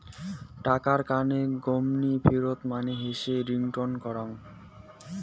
টাকার কানে গকনি ফেরত মানে হসে রিটার্ন করং